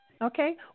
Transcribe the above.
Okay